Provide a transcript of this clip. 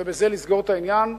ובזה לסגור את העניין,